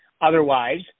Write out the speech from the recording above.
Otherwise